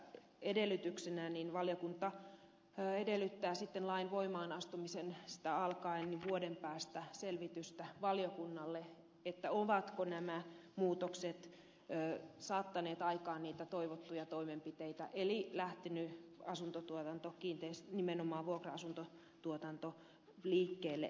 tämän johdosta valiokunta edellyttää lain voimaan astumisesta alkaen vuoden päästä selvitystä valiokunnalle siitä ovatko nämä muutokset saaneet aikaan niitä toivottuja toimenpiteitä eli onko nimenomaan vuokra asuntotuotanto lähtenyt liikkeelle